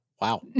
Wow